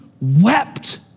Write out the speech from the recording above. wept